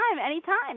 anytime